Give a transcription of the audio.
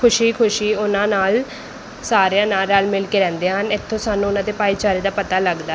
ਖੁਸ਼ੀ ਖੁਸ਼ੀ ਉਹਨਾਂ ਨਾਲ ਸਾਰਿਆਂ ਨਾਲ ਰਲ਼ ਮਿਲ਼ ਕੇ ਰਹਿੰਦੇ ਹਨ ਇੱਥੋਂ ਸਾਨੂੰ ਉਨ੍ਹਾਂ ਦੇ ਭਾਈਚਾਰੇ ਦਾ ਪਤਾ ਲੱਗਦਾ